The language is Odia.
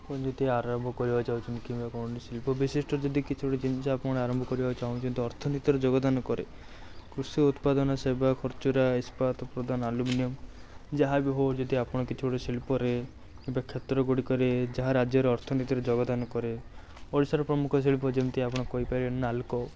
ଆପଣ ଯଦି ଆରମ୍ଭ କରିବାକୁ ଯାଉଛନ୍ତି କିମ୍ବା କୌଣସି ଶିଳ୍ପ ବିଶିଷ୍ଟ ଯଦି କିଛି ଗୋଟେ ଜିନିଷ ଆପଣ ଆରମ୍ଭ କରିବାକୁ ଚାହୁଁଛନ୍ତି ଅର୍ଥନୀତିର ଯୋଗଦାନ କରେ କୃଷି ଉତ୍ପାଦନ ସେବା ଖୁଚୁରା ଇସ୍ପାତ ପ୍ରଦାନ ଆଲୁମିନିୟମ ଯାହା ବି ହେଉ ଯଦି ଆପଣ କିଛି ଗୋଟେ ଶିଳ୍ପରେ କିମ୍ବା କ୍ଷେତ୍ର ଗୁଡ଼ିକରେ ଯାହା ରାଜ୍ୟର ଅର୍ଥନୀତିର ଯୋଗଦାନ କରେ ଓଡ଼ିଶାର ପ୍ରମୁଖ ଶିଳ୍ପ ଯେମିତିକି ଆପଣ କହିପାରିବେ ନାଲକୋ